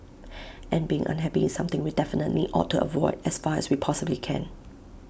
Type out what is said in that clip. and being unhappy is something we definitely ought to avoid as far as we possibly can